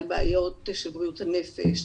על בעיות של בריאות הנפש,